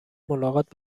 ملاقات